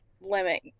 limit